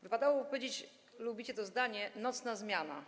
Wypadałoby powiedzieć, lubicie to zdanie: nocna zmiana.